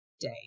day